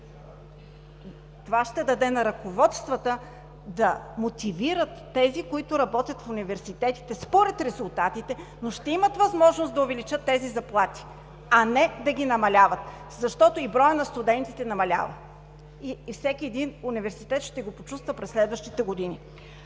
възможност на ръководствата да мотивират тези, които работят в университетите според резултатите, но ще имат възможност да увеличат тези заплати, а не да ги намаляват, защото и броят на студентите намалява. Всеки един университет ще го почувства през следващите години.